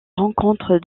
rencontre